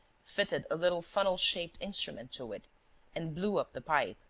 fitted a little funnel-shaped instrument to it and blew up the pipe.